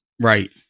Right